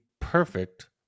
perfect